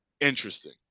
interesting